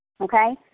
okay